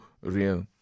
real